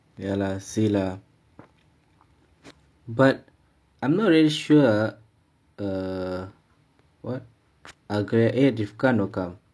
ya lah see lah but I'm not really sure err what you have to create a discount account